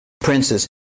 princes